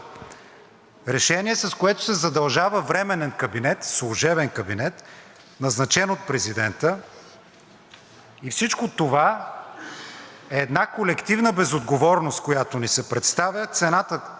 и всичко това е една колективна безотговорност, която ни се представя, цената, за която ще плащат хората. Ние тази колективна безотговорност нито ще подкрепим, нито ще участваме.